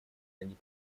они